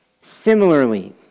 Similarly